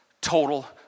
total